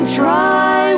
try